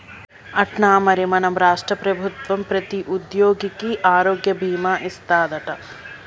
అట్నా మరి మన రాష్ట్ర ప్రభుత్వం ప్రతి ఉద్యోగికి ఆరోగ్య భీమా ఇస్తాదట